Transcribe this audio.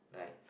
right